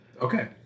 Okay